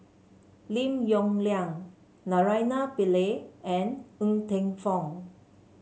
Lim Yong Liang Naraina Pillai and Ng Teng Fong